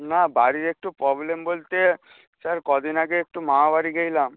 না বাড়ির একটু প্রবলেম বলতে স্যার কদিন আগে একটু মামা বাড়ি গেছিলাম